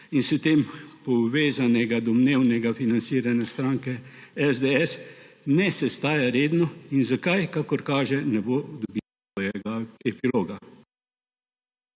in s tem povezanega domnevnega financiranja stranke SDS, ne sestaja redno in zakaj, kakor kaže ne, bo dobila svojega epiloga.